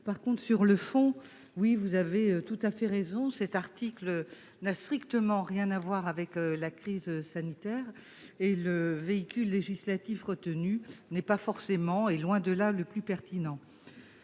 revanche, sur le fond, vous avez tout à fait raison : cet article n'a strictement rien à voir avec la crise sanitaire. Et le véhicule législatif retenu n'est pas forcément, loin de là, le plus pertinent.